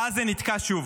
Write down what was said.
ואז זה נתקע שוב.